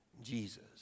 Jesus